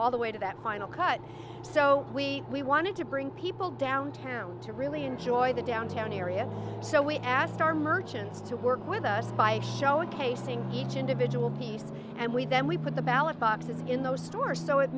all the way to that final cut so we we wanted to bring people downtown to really enjoy the downtown area so we asked our merchants to work with us by showing casing each individual piece and we then we put the ballot boxes in the store so it